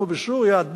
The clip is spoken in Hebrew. כמו בסוריה,